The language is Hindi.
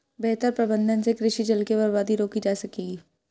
बेहतर प्रबंधन से कृषि जल की बर्बादी रोकी जा सकेगी